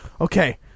okay